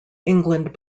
england